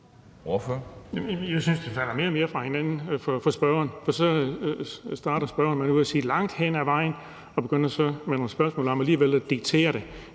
jeg synes, det falder mere og mere fra hinanden for spørgeren, for så starter spørgeren med at sige »langt hen ad vejen« og kommer så med nogle spørgsmål om alligevel at diktere det.